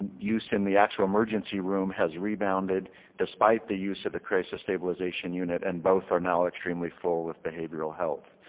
use in the actual emergency room has rebounded despite the use of the crisis stabilization unit and both are now extremely full with behavioral health.